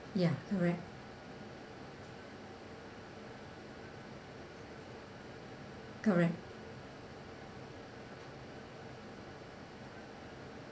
ya correct correct